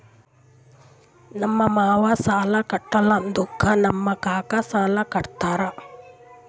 ನಮ್ ಮಾಮಾ ಸಾಲಾ ಕಟ್ಲಾರ್ದುಕ್ ನಮ್ ಕಾಕಾ ಸಾಲಾ ಕಟ್ಯಾರ್